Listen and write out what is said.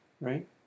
right